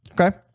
Okay